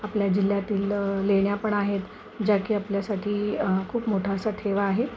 आपल्या जिल्ह्यातील लेण्या पण आहेत ज्या की आपल्यासाठी खूप मोठा ठेवा आहे